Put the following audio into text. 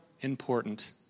Important